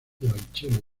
violonchelo